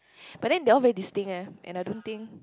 but then they all very distinct eh and I don't think